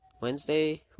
Wednesday